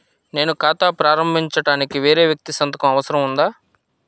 నేను ఖాతా ప్రారంభించటానికి వేరే వ్యక్తి సంతకం అవసరం ఉందా?